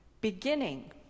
Beginning